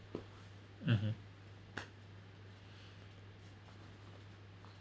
mmhmm